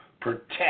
protect